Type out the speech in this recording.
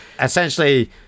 essentially